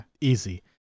Easy